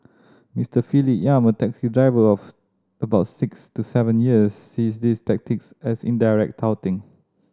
Mister Philip Yap a taxi driver of about six to seven years sees these tactics as indirect touting